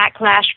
backlash